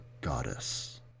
goddess